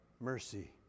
Mercy